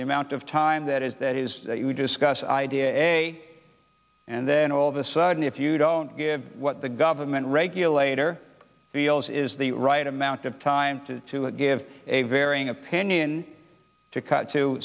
the amount of time that is that is you discuss idea a and then all of a sudden if you don't get what the government regulator feels is the right amount of time to give a varying opinion to cut to